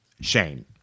Shane